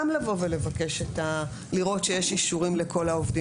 גם לראות שיש אישורים לכל העובדים.